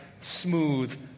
smooth